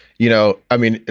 you know, i mean,